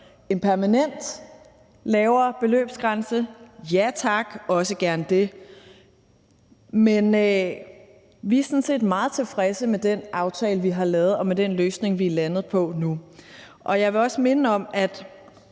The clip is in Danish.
en permanent lavere beløbsgrænse? Ja tak, også gerne det. Men vi er sådan set meget tilfredse med den aftale, vi har lavet, og med den løsning, vi er landet på nu. Jeg vil også minde om, at